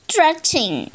Stretching